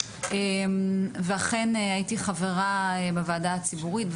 אכן הייתי חברה בוועדה הציבורית,